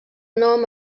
nom